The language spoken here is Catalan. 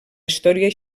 història